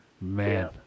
Man